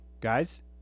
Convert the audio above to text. guys